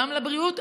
גם לבריאות,